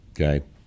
okay